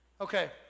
Okay